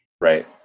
right